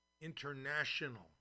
international